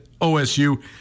OSU